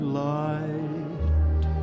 light